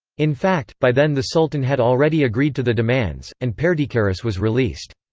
in fact, by then the sultan had already agreed to the demands, and perdicaris was released.